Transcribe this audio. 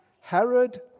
Herod